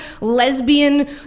lesbian